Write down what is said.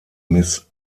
miss